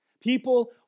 People